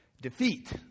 defeat